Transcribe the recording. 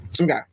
Okay